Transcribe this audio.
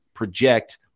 project